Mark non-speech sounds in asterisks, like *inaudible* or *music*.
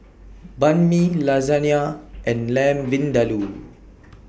Banh MI Lasagne and *noise* Lamb Vindaloo